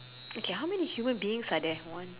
okay how many human beings are there one